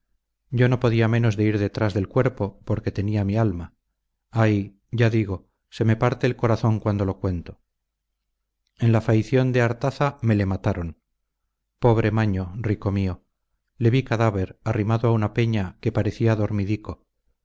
yo no podía menos de ir detrás del cuerpo donde tenía mi alma ay ya digo se me parte el corazón cuando lo cuento en la faición de artaza me le mataron pobre maño rico mío le vi cadáver arrimado a una peña que parecía dormidico